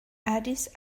addis